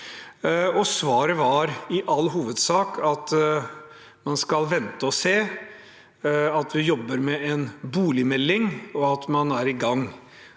Svaret var i all hovedsak at man skal vente og se, at man jobber med en boligmelding, og at man er i gang.